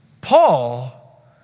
Paul